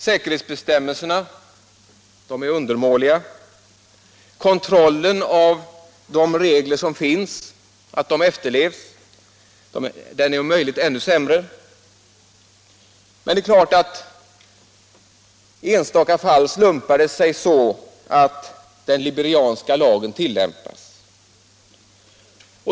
Säkerhetsbestämmelserna är undermåliga. Kontrollen av att de regler som finns efterlevs är om möjligt ännu sämre. Men i enstaka fall slumpar det sig så att den liberianska lagen tillämpas.